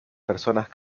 personas